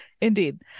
Indeed